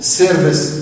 service